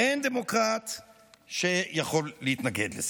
אין דמוקרט שיכול להתנגד לזה.